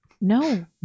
No